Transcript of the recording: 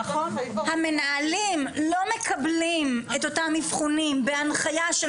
המנהלים לא מקבלים את אותם אבחונים בהנחיה של